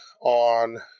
on